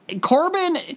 Corbin –